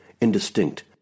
indistinct